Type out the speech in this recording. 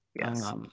Yes